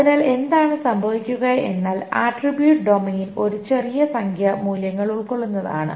അതിനാൽ എന്താണ് സംഭവിക്കുക എന്നാൽ ആട്രിബ്യൂട്ട് ഡൊമെയ്ൻ ഒരു ചെറിയ സംഖ്യ മൂല്യങ്ങൾ ഉൾക്കൊള്ളുന്നതാണ്